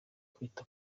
kwita